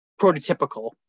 prototypical